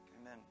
amen